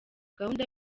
gahunda